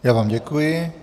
Já vám děkuji.